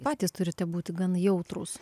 patys turite būti gan jautrūs